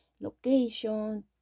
location